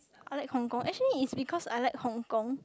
I like Hong-Kong actually is because I like Hong-Kong